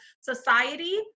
society